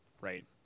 right